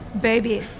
baby